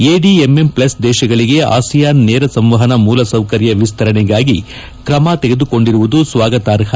ADMM plus ದೇಶಗಳಿಗೆ ASEAN ನೇರ ಸಂವಹನ ಮೂಲಸೌಕರ್ಯ ವಿಸ್ತರಣೆಗಾಗಿ ತ್ರಮ ತೆಗೆದುಕೊಂಡಿರುವುದು ಸ್ನಾಗತಾರ್ಪ